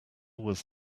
was